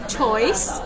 choice